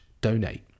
donate